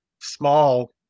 small